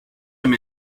him